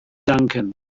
danken